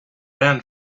ran